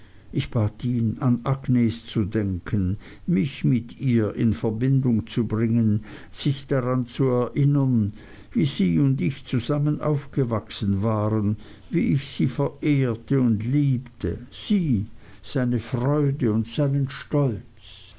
ich bat ihn an agnes zu denken mich mit ihr in verbindung zu bringen sich daran zu erinnern wie sie und ich zusammen aufgewachsen waren wie ich sie verehrte und liebte sie seine freude und seinen stolz